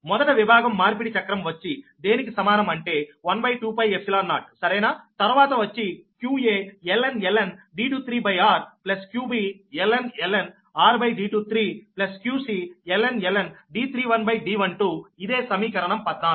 మొదట విభాగం మార్పిడి చక్రం వచ్చి దేనికి సమానం అంటే 12π0సరేనా తర్వాత వచ్చి qaln D23r qbln rD23qcln D31D12ఇదే సమీకరణం 14